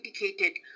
indicated